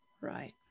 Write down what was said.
right